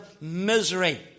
misery